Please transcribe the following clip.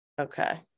okay